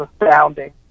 astounding